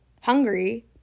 hungry